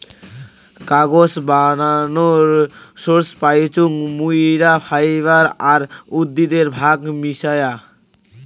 কাগজ বানানোর সোর্স পাইচুঙ মুইরা ফাইবার আর উদ্ভিদের ভাগ মিশায়া